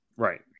Right